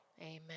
Amen